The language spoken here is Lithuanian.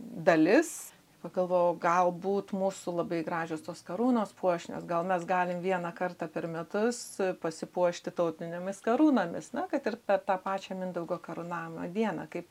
dalis pagalvojau galbūt mūsų labai gražios tos karūnos puošnios gal mes galim vieną kartą per metus pasipuošti tautinėmis karūnomis na kad ir per tą pačią mindaugo karūnavimo dieną kaip